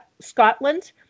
Scotland